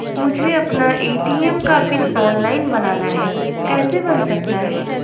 मुझे अपना ए.टी.एम का पिन ऑनलाइन बनाना है कैसे बन सकता है?